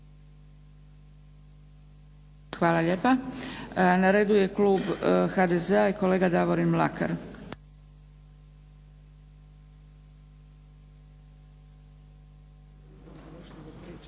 Hvala lijepa. Na redu je klub HDZ-a i kolega Davorin Mlakar.